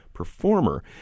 performer